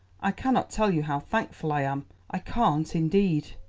i cannot tell you how thankful i am i can't, indeed.